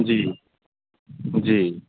जी जी